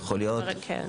כן.